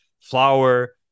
flour